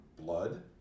blood